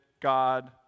God